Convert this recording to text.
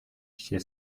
she